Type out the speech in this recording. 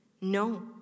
No